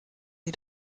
sie